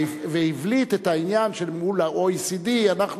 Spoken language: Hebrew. והבליט את העניין שמול ה-OECD אנחנו